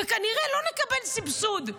וכנראה לא נקבל סבסוד,